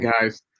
guys